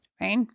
right